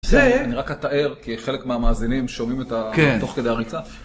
אני רק אתאר, כי חלק מהמאזינים שומעים את זה תוך כדי הריצה.